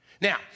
Now